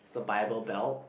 it's the Bible Belt